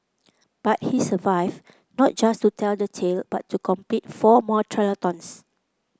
but he survived not just to tell the tale but to complete four more triathlons